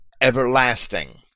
everlasting